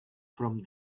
from